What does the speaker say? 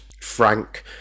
Frank